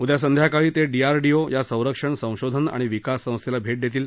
उद्या संध्याकाळी ते डी आर डी ओ या संरक्षण संशोधन आणि विकास संस्थेला भेट देतील